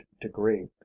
degree